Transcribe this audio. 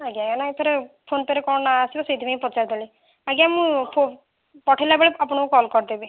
ଆଜ୍ଞା ନାଇଁ ଫେର୍ ଫୋନ୍ ପେ'ରେ କ'ଣ ନାଁ ଆସିବ ସେଇଥିପାଇଁ ପଚାରିଦେଲି ଆଜ୍ଞା ମୁଁ ପଠେଇଲା ବେଳେ ଆପଣଙ୍କୁ କଲ୍ କରିଦେବି